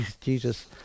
Jesus